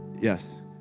Yes